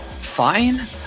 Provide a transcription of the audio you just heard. fine